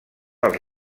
els